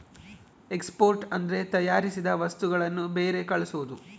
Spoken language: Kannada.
ಎಕ್ಸ್ಪೋರ್ಟ್ ಅಂದ್ರೆ ತಯಾರಿಸಿದ ವಸ್ತುಗಳನ್ನು ಬೇರೆ ಕಳ್ಸೋದು